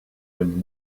him